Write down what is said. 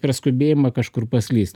per skubėjimą kažkur paslyst